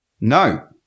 No